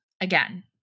Again